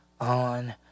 on